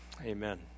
Amen